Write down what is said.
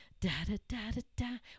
Da-da-da-da-da